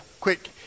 quick